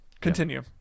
Continue